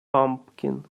pumpkin